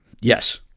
Yes